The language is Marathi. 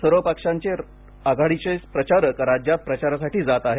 सर्व पक्षांचे आघाडीचे प्रचारक राज्यात प्रचारासाठी जात आहेत